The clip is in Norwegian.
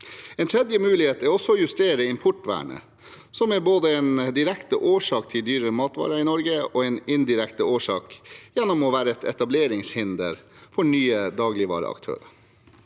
En tredje mulighet er å justere importvernet, som er både en direkte årsak til dyrere matvarer i Norge og en indirekte årsak gjennom å være et etableringshinder for nye dagligvareaktører,